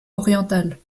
orientale